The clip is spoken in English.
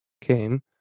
came